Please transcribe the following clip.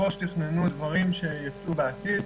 מראש תכננו דברים שייצאו בעתיד,